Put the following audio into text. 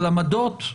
אבל עמדות,